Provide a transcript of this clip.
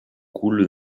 coule